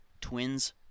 Twins